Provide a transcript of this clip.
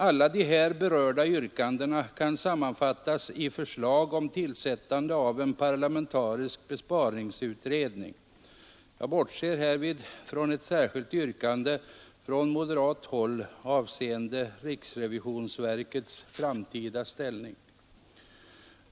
Alla dessa berörda yrkanden kan sammanfattas i förslag om tillsättande av en parlamentarisk besparingsutredning. Jag bortser härvid från ett särskilt yrkande från moderat håll avseende riksrevisionsverkets framtida ställning.